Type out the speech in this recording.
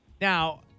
Now